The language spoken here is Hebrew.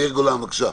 יאיר גולן, בבקשה.